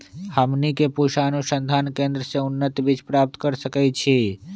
हमनी के पूसा अनुसंधान केंद्र से उन्नत बीज प्राप्त कर सकैछे?